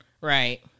right